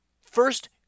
First